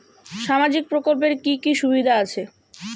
সামাজিক প্রকল্পের কি কি সুবিধা আছে?